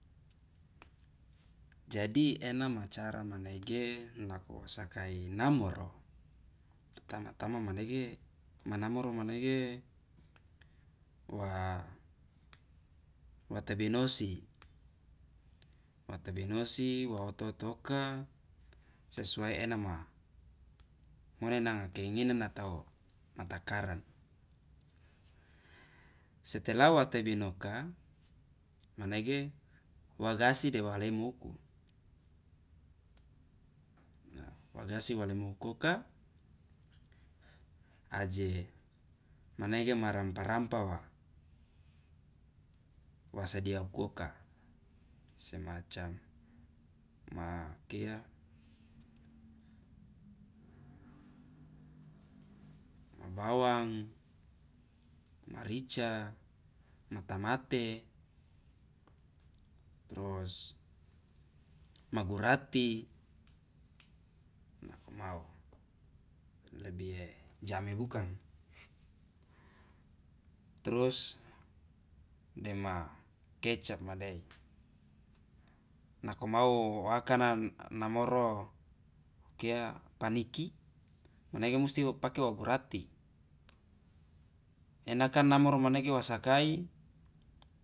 Jadi ena macara manege nako wo sakai namoro pertama tama manege manamoro manege wa tebinosi wa tebinosi wa oto- otoka sesuai ena ma ngone nanga keinginan atau ma takarang setelah wa tebinoka manege wa gasi de wa lemo uku wa gasi de walemokoka aje manege ma rampa rampa wa wa sedia kuoka semacam ma kia ma bawang ma rica ma tamate trus ma gurati nako mau lebi ijame bukang trus dema kecap madei nako mau woakana namoro kia paniki manege musti opake ogurati ena kan namoro manege wa sakai